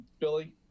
Billy